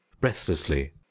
breathlessly